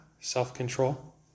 self-control